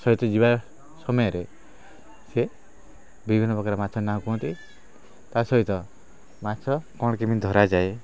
ସହିତ ଯିବା ସମୟରେ ସିଏ ବିଭିନ୍ନ ପ୍ରକାର ମାଛ ନାଁ କୁହନ୍ତି ତା ସହିତ ମାଛ କ'ଣ କେମିତି ଧରାଯାଏ